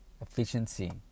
efficiency